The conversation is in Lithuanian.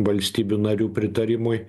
valstybių narių pritarimui